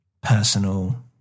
personal